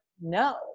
no